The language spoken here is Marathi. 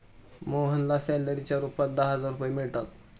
मोहनला सॅलरीच्या रूपात दहा हजार रुपये मिळतात